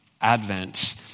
Advent